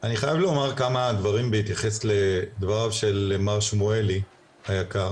אני חייב לומר כמה דברים בהתייחס לדבריו של מר שמואלי היקר.